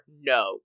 no